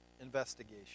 investigation